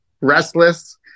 restless